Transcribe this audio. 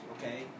okay